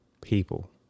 people